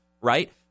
Right